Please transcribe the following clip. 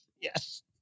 Yes